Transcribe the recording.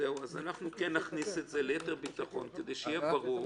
אנחנו נכניס את זה ליתר ביטחון כדי שיהיה ברור.